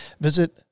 visit